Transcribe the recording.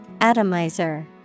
Atomizer